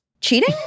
Cheating